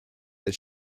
that